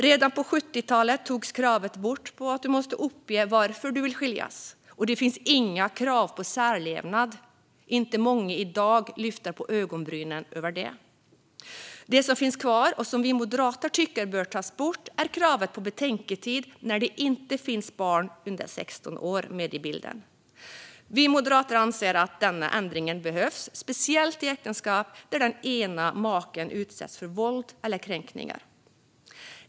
Redan på 70-talet togs kravet bort på att du måste uppge varför du vill skiljas, och det finns inga krav på särlevnad. Inte många i dag lyfter på ögonbrynen över detta. Det som finns kvar, och som vi moderater tycker bör tas bort, är kravet på betänketid när det inte finns barn under 16 år med i bilden. Vi moderater anser att denna ändring behövs, speciellt i äktenskap där den ena av makarna utsätts för våld eller kränkningar.